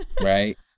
Right